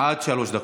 עד שלוש דקות.